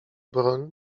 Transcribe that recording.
broń